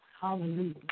Hallelujah